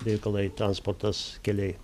reikalai transportas keliai